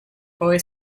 boy